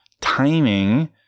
Timing